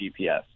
GPS